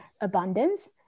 abundance